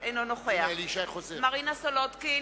אינו נוכח מרינה סולודקין,